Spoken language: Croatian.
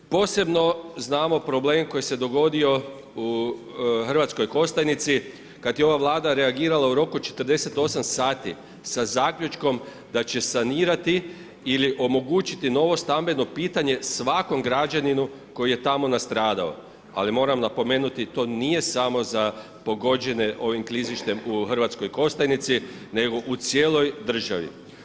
Posebno znamo problem koji se dogodio u Hrvatskoj Kostajnici kad je ova Vlada reagirala u roku od 48 sati sa zaključkom da će sanirati ili omogućiti novo stambeno pitanje svakom građaninu koji je tamo nastradao, ali moram napomenuti, to nije samo za pogođene ovim klizištem u Hrvatskoj Kostajnici, nego u cijeloj državi.